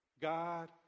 God